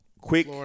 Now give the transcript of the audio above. Quick